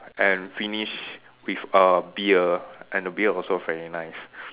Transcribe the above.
and finish with a beer and the beer also very nice